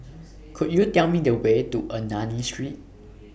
Could YOU Tell Me The Way to Ernani Street